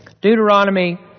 Deuteronomy